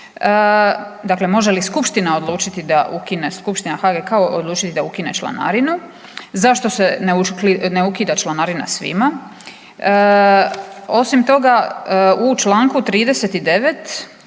da ukine Skupština HGK odlučiti da ukine članarinu? Zašto se ne ukida članarina svima? Osim toga u čl. 39.